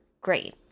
great